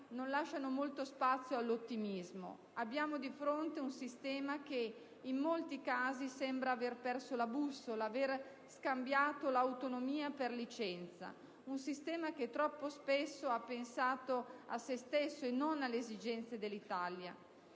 non lascia molto spazio all'ottimismo. Abbiamo di fronte un sistema che, in molti casi, sembra aver perso la bussola, aver scambiato l'autonomia per licenza; un sistema che troppo spesso ha pensato a sé stesso e non alle esigenze dell'Italia.